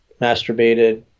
masturbated